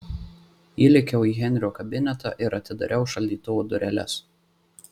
įlėkiau į henrio kabinetą ir atidariau šaldytuvo dureles